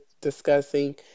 discussing